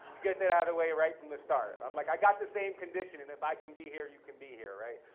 get that out of the way right from the start. um like i got the same condition, if i can be here, you can be here, right?